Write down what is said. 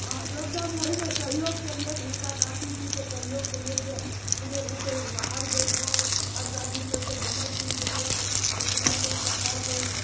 हँ योगदान ओहमे सहयोग देलिअनि हुनका गाँधी जीके सहयोग कयलियै जे पुरे रूट हर गाँव हर अथीमे घुमलखिन तुमलखिन लेकिन जखन सङ्घर्ष